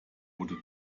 wurde